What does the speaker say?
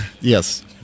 Yes